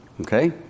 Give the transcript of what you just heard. Okay